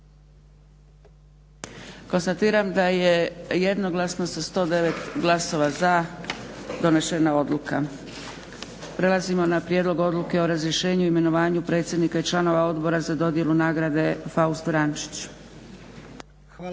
Konstatiram da je jednoglasno sa 109 glasova za donesena odluka. Prelazimo na prijedlog Odluke o razrješenju i imenovanju predsjednika i članova Odbora za dodjelu nagrade "Faust Vrančić".